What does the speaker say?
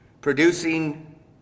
producing